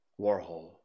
Warhol